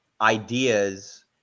ideas